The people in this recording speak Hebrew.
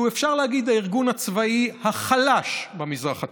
שאפשר להגיד שהוא הארגון הצבאי החלש במזרח התיכון.